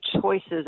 choices